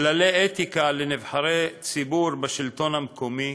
כללי אתיקה לנבחרי ציבור בשלטון המקומי,